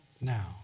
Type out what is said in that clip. now